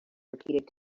repeated